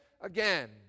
again